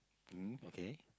mm okay